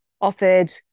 offered